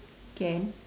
can